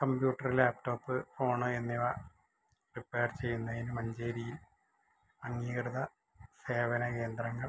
computer laptop phone എന്നിവ repair ചെയ്യുന്നതിന് മഞ്ചേരിയിൽ അംഗീകൃത സേവന കേന്ദ്രങ്ങൾ